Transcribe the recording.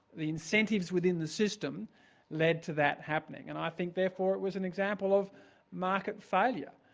the incentives within the system led to that happening and i think therefore it was an example of market failure.